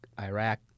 Iraq